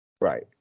Right